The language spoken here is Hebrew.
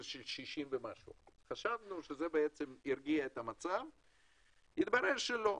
של מעל 60%. חשבנו שזה ירגיע את המצב והתברר שלא.